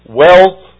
wealth